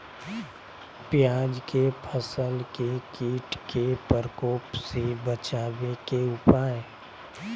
प्याज के फसल के कीट के प्रकोप से बचावे के उपाय?